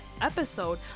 episode